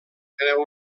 creu